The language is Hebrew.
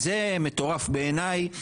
זה מטורף בעיניי.